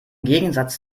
gegensatz